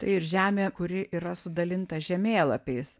tai ir žemė kuri yra sudalinta žemėlapiais